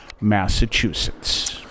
massachusetts